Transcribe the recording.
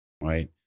Right